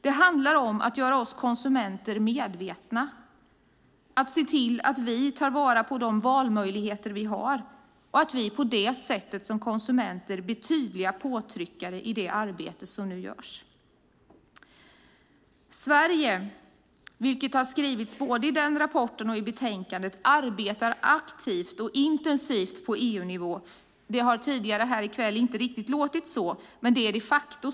Det handlar om att göra oss konsumenter medvetna, att se till att vi tar vara på de valmöjligheter vi har och att vi som konsumenter på så sätt blir tydliga påtryckare i det arbete som nu görs. Sverige arbetar aktivt och intensivt på EU-nivå, vilket sägs både i rapporten och i betänkandet. Det har tidigare i kväll inte riktigt låtit så, men det är de facto så.